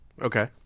Okay